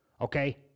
okay